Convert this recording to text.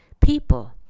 people